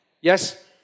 Yes